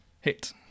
Hit